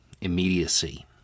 immediacy